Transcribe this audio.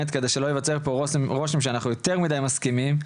כדי שלא יווצר פה רושם שאנחנו יותר מידיי מסכימים,